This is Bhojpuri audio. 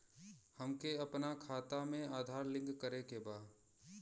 हमके अपना खाता में आधार लिंक करें के बा?